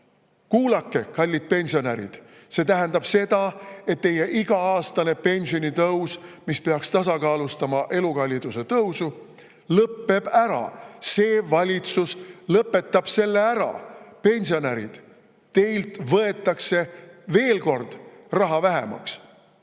Kuulake, kallid pensionärid! See tähendab seda, et teie iga-aastane pensionitõus, mis peaks tasakaalustama elukalliduse tõusu, lõpeb ära. See valitsus lõpetab selle ära! Pensionärid, teilt võetakse veel kord raha vähemaks.